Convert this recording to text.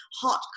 hot